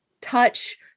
touch